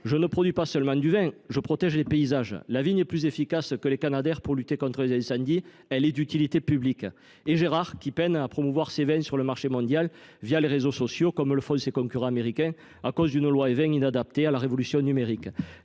Je ne produis pas seulement du vin, je protège les paysages. La vigne est plus efficace que les Canadairs pour lutter contre les incendies ; elle est d’utilité publique. » Quant à Gérard, il peine à promouvoir ses vins sur le marché mondial les réseaux sociaux, comme le font ses concurrents américains, à cause d’une loi Évin inadaptée à la révolution numérique.